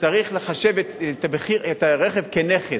צריך לחשב את הרכב כנכס.